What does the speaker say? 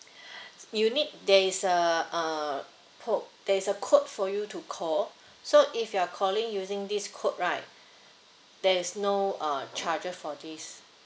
s~ you need there is a err code there's a code for you to call so if you're calling using this code right there is no uh charges for this